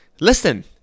listen